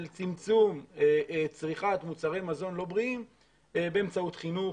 צמצום צריכת מוצרי מזון לא בריאים באמצעות חינוך,